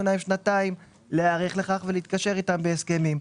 להם שנתיים להיערך לכך ולהתקשר איתן בהסכמים.